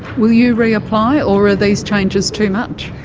will you reapply, or are these changes too much?